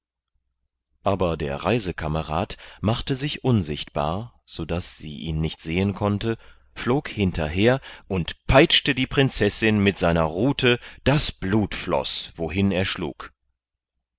aber der reisekamerad machte sich unsichtbar sodaß sie ihn nicht sehen konnte flog hinterher und peitschte die prinzessin mit seiner rute daß blut floß wohin er schlug